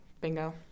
Bingo